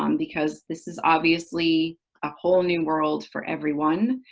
um because this is obviously a whole new world for everyone,